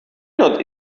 not